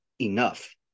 enough